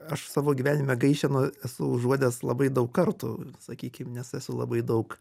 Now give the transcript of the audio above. aš savo gyvenime gaišenų esu užuodęs labai daug kartų sakykim nes esu labai daug